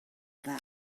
dda